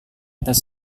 atas